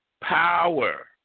power